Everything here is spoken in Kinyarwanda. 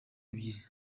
ebyiri